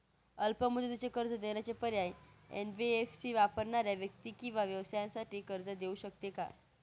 अल्प मुदतीचे कर्ज देण्याचे पर्याय, एन.बी.एफ.सी वापरणाऱ्या व्यक्ती किंवा व्यवसायांसाठी कर्ज घेऊ शकते का?